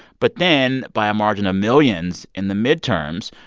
but then, by a margin of millions, in the midterms,